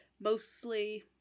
mostly